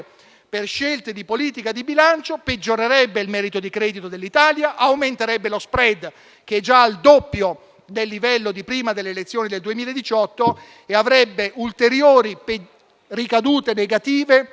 per scelte di politica di bilancio peggiorerebbe il merito di credito dell'Italia, aumenterebbe lo *spread*, che è già al doppio del livello precedente le elezioni del 2018, e avrebbe ulteriori ricadute negative